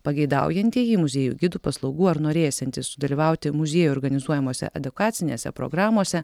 pageidaujantieji muziejų gidų paslaugų ar norėsiantys sudalyvauti muziejuj organizuojamose edukacinėse programose